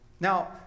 Now